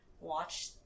watch